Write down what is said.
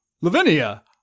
Lavinia